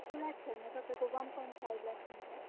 to lakhs होइन तपाईँको one point five lakhs हुन्छ